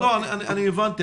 הבנתי.